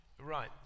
right